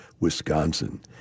Wisconsin